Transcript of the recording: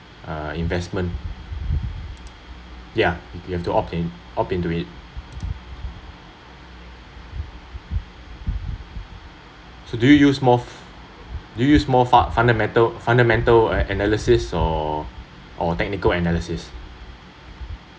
uh investment yeah you have to opt opt into it so do you use more do you use more funda~ fundamental analysis or or technical analysis